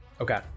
Okay